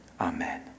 Amen